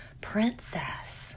Princess